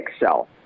excel